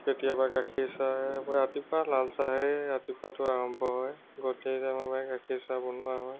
কেতিয়াবা গাখীৰ চাহ পৰা ৰাতিপুৱা লালচাহেই ৰাতিপুৱাটো আৰম্ভ হয় গধূলি টাইমৰ পৰা গাখীৰ চাহ বনোৱা হয়